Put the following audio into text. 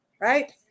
right